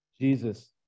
Jesus